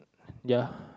ya